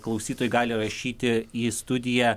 klausytojai gali rašyti į studiją